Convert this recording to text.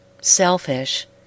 selfish